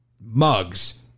mugs